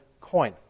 coin